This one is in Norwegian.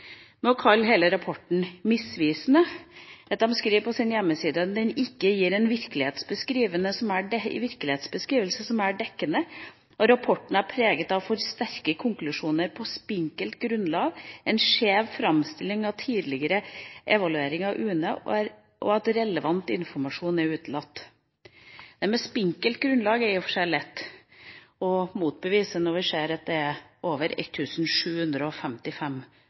å kalle hele rapporten misvisende. På hjemmesida si skriver de at den «ikke gir en virkelighetsbeskrivelse som er dekkende». Og videre: «Rapporten er preget av for sterke konklusjoner på spinkelt grunnlag, en skjev fremstilling av tidligere evalueringer av UNE, og at relevant informasjon er utelatt.» Det med «spinkelt grunnlag» er i og for seg lett å motbevise når vi ser at det er over